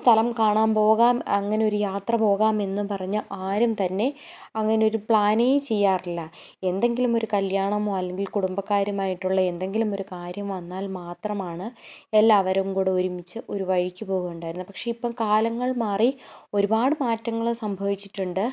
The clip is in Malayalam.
സ്ഥലം കാണാൻ പോകാം അങ്ങനൊരു യാത്ര പോകാം എന്നും പറഞ്ഞ് ആരും തന്നെ അങ്ങനൊരു പ്ലാനേ ചെയ്യാറില്ല എന്തെങ്കിലും ഒരു കല്യാണമോ അല്ലെങ്കിൽ കുടുംബക്കാരുമായിട്ടുള്ള എന്തെങ്കിലും ഒരു കാര്യം വന്നാൽ മാത്രമാണ് എല്ലാവരും കൂടെ ഒരുമിച്ച് ഒരു വഴിക്ക് പോവുകയുണ്ടായിരുന്നത് പക്ഷെ ഇപ്പോൾ കാലങ്ങൾ മാറി ഒരുപാട് മാറ്റങ്ങൾ സംഭവിച്ചിട്ടുണ്ട്